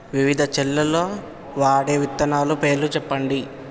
వివిధ చేలల్ల వాడే విత్తనాల పేర్లు చెప్పండి?